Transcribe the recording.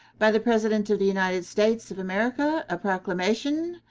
by the president of the united states of america. a proclamation.